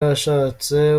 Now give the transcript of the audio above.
washatse